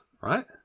right